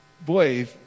boy